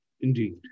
Indeed